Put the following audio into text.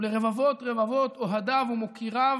ולרבבות רבבות אוהדיו ומוקיריו,